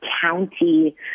county